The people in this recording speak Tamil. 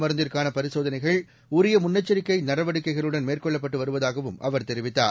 மருந்துக்கானபரிசோதனைகள் தடுப்பு உரியமுன்னெச்சரிக்கைநடவடிக்கைகளுடன் மேற்கொள்ளப்பட்டுவருவதாகவும் அவர் தெரிவித்தார்